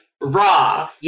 raw